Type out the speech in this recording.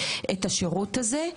השירות הזה.